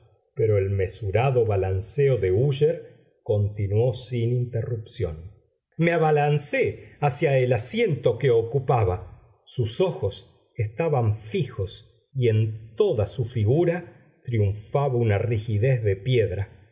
pero el mesurado balanceo de úsher continuó sin interrupción me abalancé hacia el asiento que ocupaba sus ojos estaban fijos y en toda su figura triunfaba una rigidez de piedra